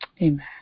Amen